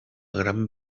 gran